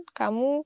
kamu